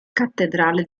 cattedrale